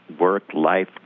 work-life